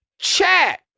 check